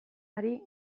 ari